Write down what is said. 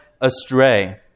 astray